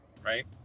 right